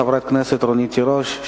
חברת הכנסת רונית תירוש.